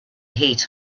heat